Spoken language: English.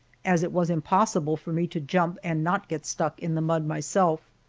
as it was impossible for me to jump and not get stuck in the mud myself.